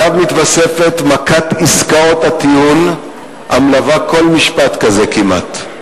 ואליו מתווספת מכת עסקאות הטיעון המלווה כל משפט כזה כמעט.